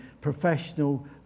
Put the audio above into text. professional